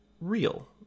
real